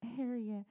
area